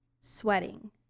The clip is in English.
Sweating